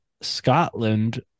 Scotland